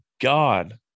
God